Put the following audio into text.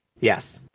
yes